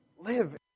Live